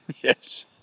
Yes